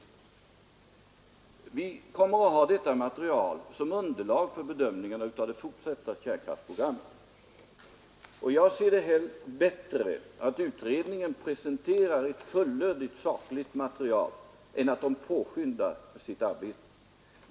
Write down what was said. Vi kommer att ha detta material som underlag för bedömningarna av det fortsatta kärnkraftsprogrammet, och jag anser det vara bättre att utredningen presenterar ett fullödigt sakligt material än att den påskyndar sitt arbete.